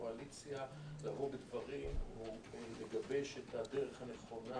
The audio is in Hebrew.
לקואליציה לבוא בדברים ולגבש את הדרך הנכונה